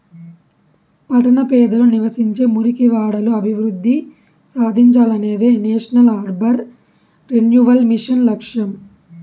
పట్టణ పేదలు నివసించే మురికివాడలు అభివృద్ధి సాధించాలనేదే నేషనల్ అర్బన్ రెన్యువల్ మిషన్ లక్ష్యం